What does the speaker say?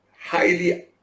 highly